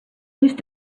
used